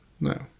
No